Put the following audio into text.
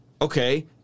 Okay